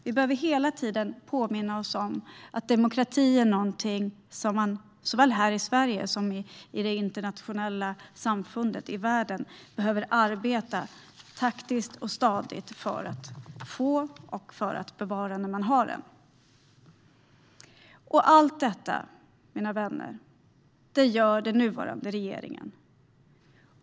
Vi behöver hela tiden påminna oss om att demokrati är någonting som man såväl här i Sverige som i det internationella samfundet behöver arbeta taktiskt och stadigt för att få och för att bevara när man har det. Mina vänner! Allt detta gör den nuvarande regeringen.